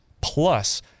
plus